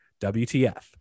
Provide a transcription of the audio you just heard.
WTF